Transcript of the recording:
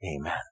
Amen